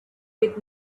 with